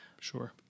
Sure